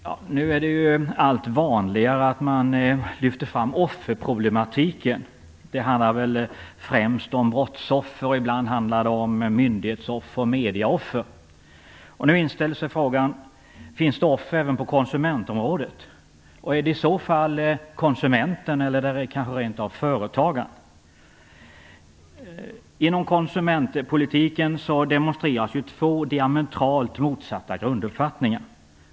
Fru talman! Nu blir det allt vanligare att man lyfter fram offerproblematiken. Det handlar väl främst om brottsoffer, och ibland handlar det om myndighetsoffer och medieoffer. Nu inställer sig frågan: Finns det offer även på konsumentområdet, och är det i så fall konsumenten eller kanske rent av företagaren som är offer? Inom konsumentpolitiken demonstreras två diametralt motsatta grunduppfattningar.